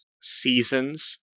seasons